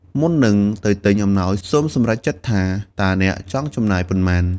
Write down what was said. មុននឹងទៅទិញអំណោយ សូមសម្រេចចិត្តថាតើអ្នកចង់ចំណាយប៉ុន្មាន។